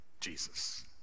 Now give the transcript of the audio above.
Jesus